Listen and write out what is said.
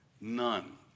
none